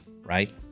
right